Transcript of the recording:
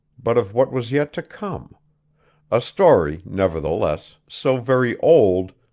but of what was yet to come a story, nevertheless, so very old,